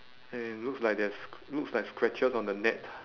and looks like there's sc~ looks like scratches on the net